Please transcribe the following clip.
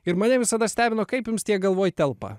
ir mane visada stebino kaip jums tiek galvoj telpa